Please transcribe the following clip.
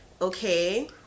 okay